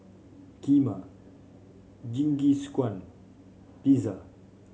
Kheema Jingisukan Pizza